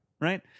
right